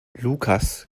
lukas